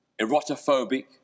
erotophobic